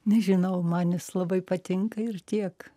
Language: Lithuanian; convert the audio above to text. nežinau man jis labai patinka ir tiek